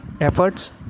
efforts